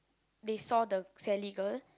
they saw the Sally girl